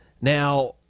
now